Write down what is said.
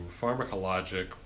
pharmacologic